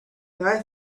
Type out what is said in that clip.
guy